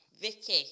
Vicky